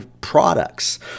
products